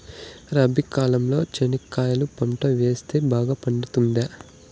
రబి కాలంలో చెనక్కాయలు పంట వేస్తే బాగా పండుతుందా?